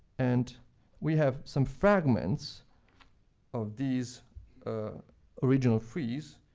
and we have some fragments of these original frieze.